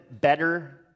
better